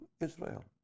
israel